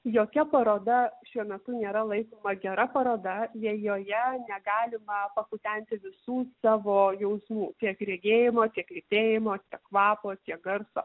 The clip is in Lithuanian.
jokia paroda šiuo metu nėra laikoma gera paroda jei joje negalima pakutenti visų savo jausmų tiek regėjimo tiek lytėjimo kvapo tiek garso